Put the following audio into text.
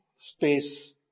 space